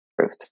truth